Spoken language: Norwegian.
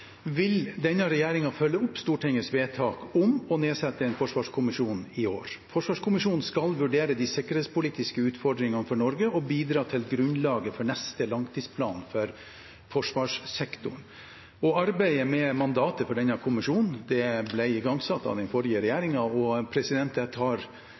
vil denne regjeringen følge opp Stortingets vedtak om å nedsette en forsvarskommisjon i år. Forsvarskommisjonen skal vurdere de sikkerhetspolitiske utfordringene for Norge og bidra til grunnlaget for neste langtidsplan for forsvarssektoren. Arbeidet med mandatet for denne kommisjonen ble igangsatt av den forrige regjeringen. Jeg tar